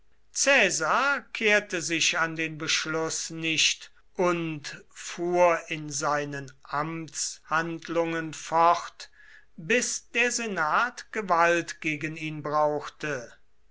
kehrte sich an den beschluß nicht und fuhr in seinen amtshandlungen fort bis der senat gewalt gegen ihn brauchte